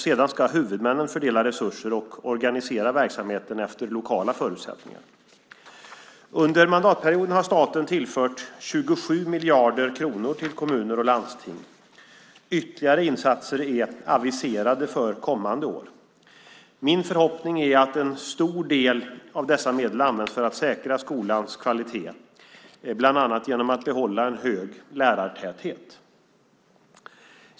Sedan ska huvudmännen fördela resurser och organisera verksamheten efter lokala förutsättningar. Under mandatperioden har staten tillfört 27 miljarder kronor till kommuner och landsting. Ytterligare insatser är aviserade för kommande år. Min förhoppning är att en stor del av dessa medel används för att säkra skolans kvalitet, bland annat genom att behålla en hög lärartäthet.